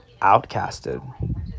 outcasted